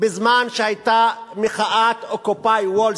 בזמן שהיתה מחאת Occupy Wall Street.